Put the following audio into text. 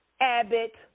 Abbott